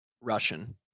Russian